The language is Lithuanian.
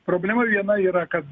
problema viena yra kad